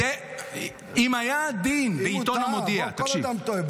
אם היה דין בעיתון המודיע, תקשיב